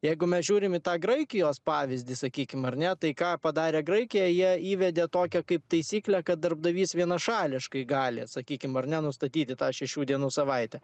jeigu mes žiūrim į tą graikijos pavyzdį sakykim ar ne tai ką padarė graikija jie įvedė tokią kaip taisyklę kad darbdavys vienašališkai gali sakykim ar ne nustatyti tą šešių dienų savaitę